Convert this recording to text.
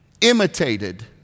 imitated